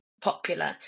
popular